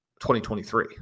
2023